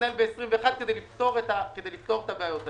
להתנהל בשנת 2021 כדי לפתור את הבעיות האלה.